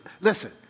Listen